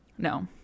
no